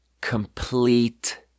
complete